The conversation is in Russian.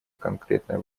конкретное